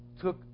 took